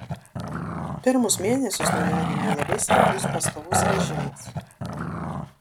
pirmus mėnesius naujagimiui labai svarbus pastovus režimas